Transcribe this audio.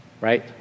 Right